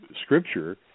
Scripture